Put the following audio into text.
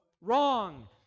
Wrong